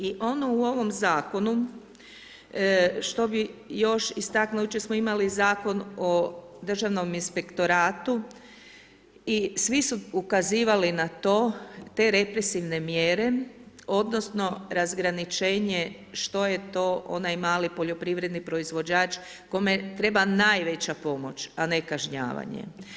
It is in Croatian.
I ono u ovom zakonu što bih još istaknula, jučer smo imali Zakon o državnom inspektoratu i svi su ukazivali na to, te represivne mjere, odnosno razgraničenje što je to onaj mali poljoprivredni proizvođač kome treba najveća pomoć a ne kažnjavanje.